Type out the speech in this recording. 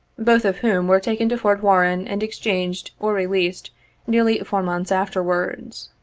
both of whom were taken to fort warren and exchanged or released nearly four months afterwards.